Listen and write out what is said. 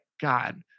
God